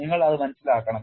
നിങ്ങൾ അത് മനസ്സിലാക്കണം